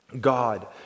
God